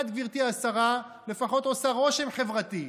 את, גברתי השרה, לפחות עושה רושם חברתי.